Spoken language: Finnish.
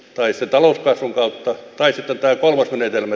taisi talouskasvun kautta tai sitä tai polku näytelmä